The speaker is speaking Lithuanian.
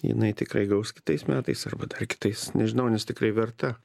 jinai tikrai gaus kitais metais arba dar kitais nežinau nes tikrai verta